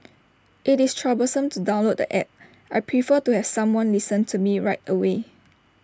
IT is troublesome to download the App I prefer to have someone listen to me right away